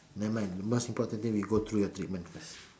never mind the most important thing we go through your treatment first